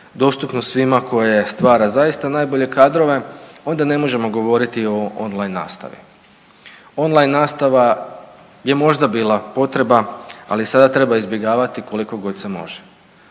dostupno svima koje stvara zaista najbolje kadrove onda ne možemo govoriti o on line nastavi. On line nastava je možda bila potreba, ali sada treba izbjegavati kolikogod se može.